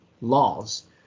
laws